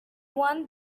want